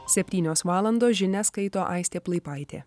septynios valandos žinias skaito aistė plaipaitė